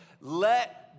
let